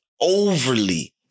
overly